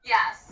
Yes